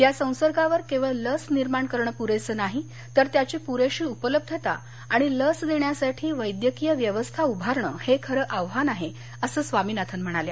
या संसर्गावर केवळ लस निर्माण करणं पुरेसं नाही तर त्याची पुरेशी उपलब्धता आणि लस देण्यासाठी वैद्यकीय व्यवस्था उभारणं हे खरं आव्हान आहे असं स्वामीनाथन म्हणाल्या